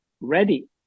ready